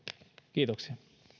kiitoksia